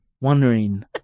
wondering